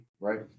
right